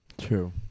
True